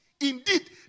indeed